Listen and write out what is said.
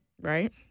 Right